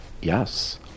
Yes